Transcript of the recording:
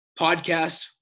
podcasts